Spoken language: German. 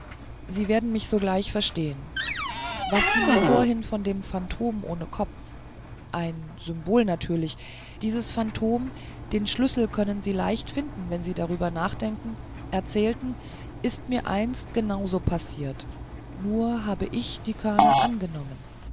sie werden mich sogleich verstehen was sie mir vorhin von dem phantom ohne kopf ein symbol natürlich dieses phantom den schlüssel können sie leicht finden wenn sie darüber nachdenken erzählten ist mir einst genauso passiert nur habe ich die körner angenommen